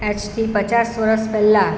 આજથી પચાસ વર્ષ પહેલાં